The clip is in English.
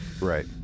Right